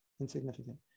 insignificant